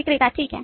विक्रेता ठीक है